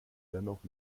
dennoch